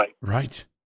Right